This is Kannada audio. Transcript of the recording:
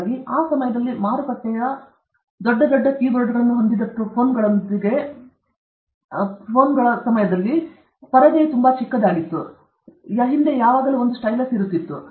ಹಾಗಾಗಿ ಆ ಸಮಯದಲ್ಲಿ ಮಾರುಕಟ್ಟೆಯು ದೊಡ್ಡ ದೊಡ್ಡ ಕೀಬೋರ್ಡ್ಗಳನ್ನು ಹೊಂದಿದ್ದ ಫೋನ್ಗಳೊಂದಿಗೆ ಪ್ರವಾಹದ ಸಂದರ್ಭದಲ್ಲಿ ಮತ್ತು ಪರದೆಯು ತೀರಾ ಚಿಕ್ಕದಾಗಿದೆ ಮತ್ತು ಹಿಂದೆ ಯಾವಾಗಲೂ ಒಂದು ಸ್ಟೈಲಸ್ ಇತ್ತು